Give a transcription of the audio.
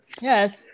Yes